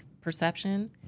perception